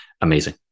amazing